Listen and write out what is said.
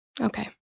Okay